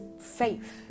faith